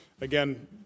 again